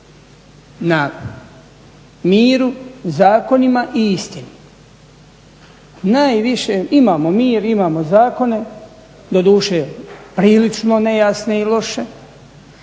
Na miru, zakonima i istini. Najviše imamo mir, imamo zakone, doduše prilično nejasne i loše,